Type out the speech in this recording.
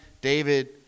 David